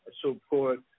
support